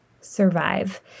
survive